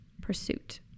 pursuit